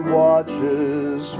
watches